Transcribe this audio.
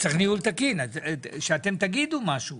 צריך ניהול תקין שאתם תגידו משהו,